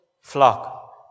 flock